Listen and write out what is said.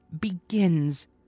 begins